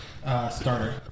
starter